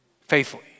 faithfully